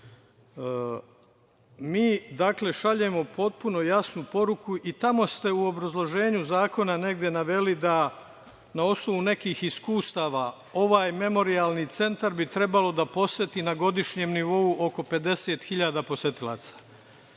centra. Mi šaljemo potpuno jasnu poruku. I tamo ste u obrazloženju zakona negde naveli da na osnovu nekih iskustava ovaj Memorijalni centar bi trebalo da poseti na godišnjem nivou oko 50.000 posetilaca.U